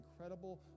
incredible